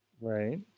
Right